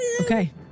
Okay